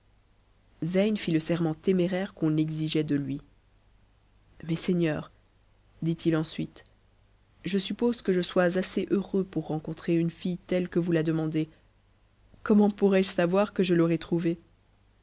fit le serment téméraire qu'on exigeait de lui mais seigneur dit-il ensuite je suppose que je sois assez heureux pour rencontrer une fille teue que vous la demandez comment pourrai-je savoir que je l'aurai trouvée